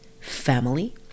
family